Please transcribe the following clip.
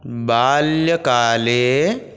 बाल्यकाले